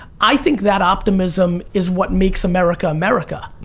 i think that optimism is what makes america america.